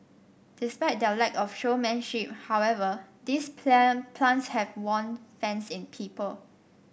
despite their lack of showmanship however these plan plants have won fans in people